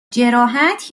جراحت